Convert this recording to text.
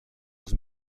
els